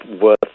worth